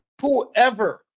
Whoever